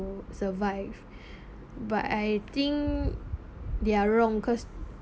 to survive but I think they are wrong cause